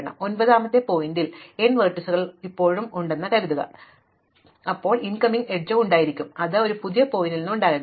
ഇപ്പോൾ ഒൻപതാമത്തെ ശീർഷകത്തിൽ n ലംബങ്ങളുണ്ടെന്ന് ഇപ്പോഴും ഒരു കേസ് ഇല്ലെങ്കിൽ അത് 0 വർദ്ധിക്കുന്നില്ല അപ്പോൾ ഇൻകമിംഗ് എഡ്ജ് ഉണ്ടായിരിക്കണം പക്ഷേ അവ ഒരു പുതിയ ശീർഷകത്തിൽ നിന്ന് ഉണ്ടാകരുത്